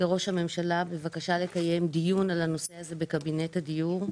לראש הממשלה בבקשה לקיים דיון על הנושא הזה בקבינט הדיור,